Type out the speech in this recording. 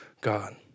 God